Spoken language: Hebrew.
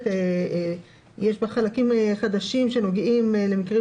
כי יש בה חלקים חדשים שנוגעים למקרים